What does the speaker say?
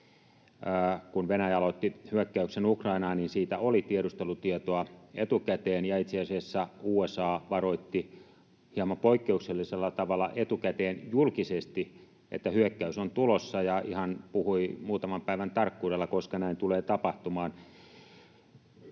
kun Venäjä aloitti hyökkäyksen Ukrainaan, niin Ukrainassa siitä oli tiedustelutietoa etukäteen, ja itse asiassa USA varoitti hieman poikkeuksellisella tavalla etukäteen julkisesti, että hyökkäys on tulossa, ja ihan puhui muutaman päivän tarkkuudella, koska näin tulee tapahtumaan.